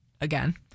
again